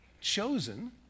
chosen